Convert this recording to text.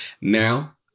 Now